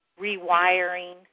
rewiring